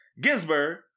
Ginsburg